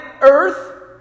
Earth